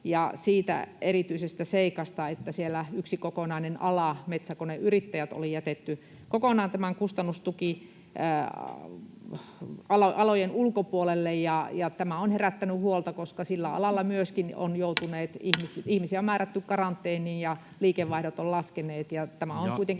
siitä erityisestä seikasta, että siellä yksi kokonainen ala, metsäkoneyrittäjät, oli jätetty kokonaan näiden kustannustukialojen ulkopuolelle. Tämä on herättänyt huolta, koska sillä alalla myöskin ihmisiä on määrätty karanteeniin ja liikevaihdot ovat laskeneet, ja tämä on kuitenkin